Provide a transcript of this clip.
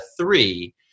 three